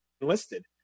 enlisted